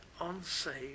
unsaved